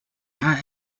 are